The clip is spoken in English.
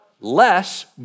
less